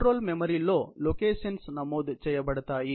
control మెమరీలో locations నమోదు చేయబడతాయి